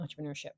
entrepreneurship